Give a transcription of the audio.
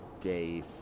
day